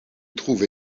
trouve